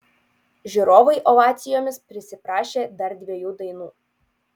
žiūrovai ovacijomis prisiprašė dar dviejų dainų